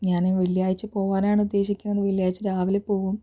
ഞാൻ ഈ വെള്ളിയാഴ്ച പോകാനാണ് ഉദ്ദേശിക്കുന്നത് വെള്ളിയാഴ്ച രാവിലെ പോകും